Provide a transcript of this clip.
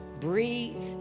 breathe